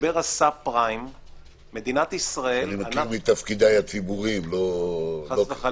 במשבר הסאב-פריים בשנת 2008 ממשלת ישראל לא עשתה שום דבר.